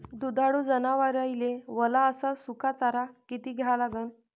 दुधाळू जनावराइले वला अस सुका चारा किती द्या लागन?